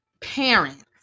parents